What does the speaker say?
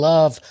Love